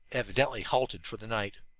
evidently halted for the night.